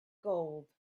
gold